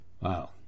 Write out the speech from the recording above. Wow